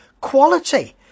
quality